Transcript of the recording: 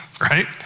Right